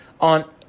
on